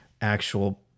actual